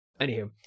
Anywho